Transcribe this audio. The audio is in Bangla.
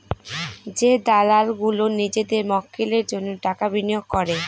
যে দালাল গুলো নিজেদের মক্কেলের জন্য টাকা বিনিয়োগ করে